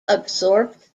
absorbed